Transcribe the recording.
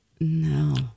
No